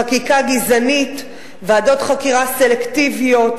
חקיקה גזענית, ועדות חקירה סלקטיביות.